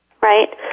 right